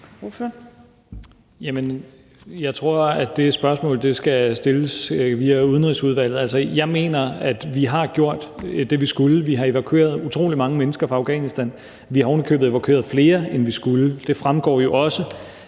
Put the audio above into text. jeg tror, at det spørgsmål skal stilles via Udenrigsudvalget. Jeg mener, at vi har gjort det, vi skulle. Vi har evakueret utrolig mange mennesker fra Afghanistan, vi har ovenikøbet evakueret flere, end vi skulle. Det fremgår jo også,